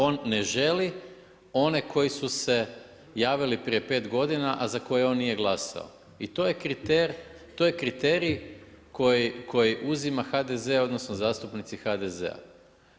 On ne želi one koji su se javili prije 5 godina a za koje on nije glasao i to je kriterij koji uzima HDZ odnosno zastupnici HDZ-a.